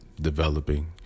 developing